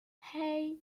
hey